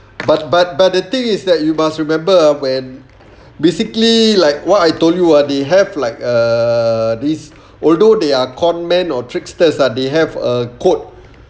but but but the thing is that you must remember ah when basically like what I told you ah they have like uh these although they are conmen or tricksters ah they have a code